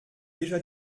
déjà